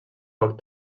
poc